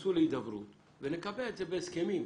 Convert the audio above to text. ותתכנסו להידברות ונקבע את זה בהסכמים.